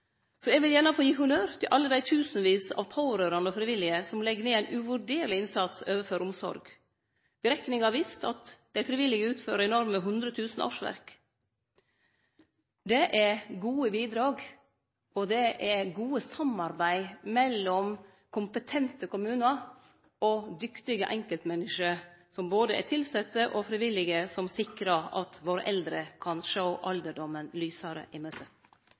Så eg vil gjerne få gi honnør til alle dei tusenvis av pårørande og frivillige som legg ned ein uvurderleg innsats knytt til omsorg. Berekningar har vist at dei frivillige utfører enorme 100 000 årsverk. Det er gode bidrag, og det er godt samarbeid mellom kompetente kommunar og dyktige enkeltmenneske, både tilsette og frivillige, som sikrar at våre eldre kan sjå alderdomen lysare i